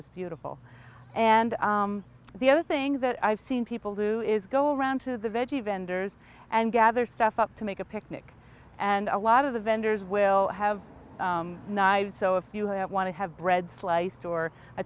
it's beautiful and the other thing that i've seen people do is go around to the veggie vendors and gather stuff up to make a picnic and a lot of the vendors will have knives so if you have want to have bread sliced or a